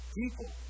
people